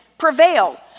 prevail